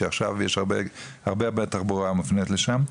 שעכשיו הרבה תחבורה מופנית לשם,